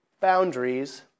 boundaries